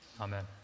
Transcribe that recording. amen